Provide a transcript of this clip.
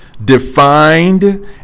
Defined